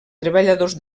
treballadors